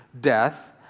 death